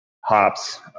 hops